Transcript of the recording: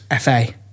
FA